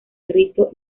rito